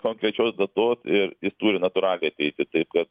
konkrečios datos ir jis turi natūraliai ateiti taip kad